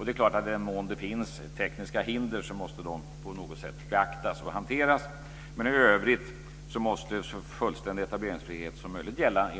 I den mån det finns tekniska hinder måste de naturligtvis på något sätt beaktas och hanteras, men i övrigt måste enligt vår uppfattning så fullständig etableringsfrihet som möjligt gälla.